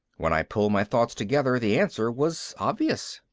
when i pulled my thoughts together the answer was obvious.